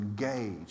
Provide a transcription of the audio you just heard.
engage